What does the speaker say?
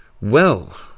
Well